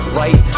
right